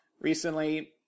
recently